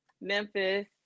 Memphis